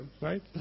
right